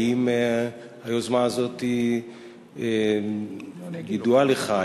האם היוזמה הזו ידועה לך?